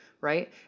Right